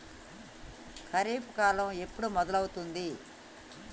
ఖరీఫ్ కాలం ఎప్పుడు మొదలవుతుంది?